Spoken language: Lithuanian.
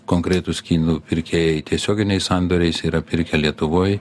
konkretūs kinų pirkėjai tiesioginiais sandoriais yra pirkę lietuvoj